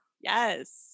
Yes